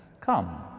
Come